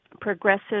progressive